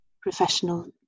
professional